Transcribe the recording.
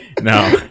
No